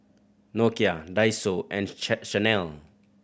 Nokia Daiso and Chanel